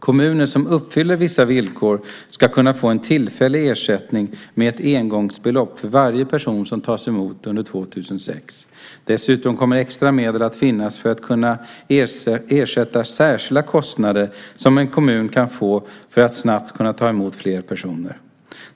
Kommuner som uppfyller vissa villkor ska kunna få en tillfällig ersättning med ett engångsbelopp för varje person som tas emot under 2006. Dessutom kommer extra medel att finnas för att kunna ersätta särskilda kostnader som en kommun kan få för att snabbt kunna ta emot fler personer.